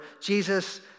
Jesus